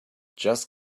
just